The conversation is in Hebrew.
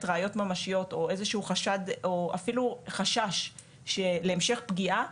ראיות ממשיות או איזה שהוא חשד או אפילו חשש להמשך פגיעה,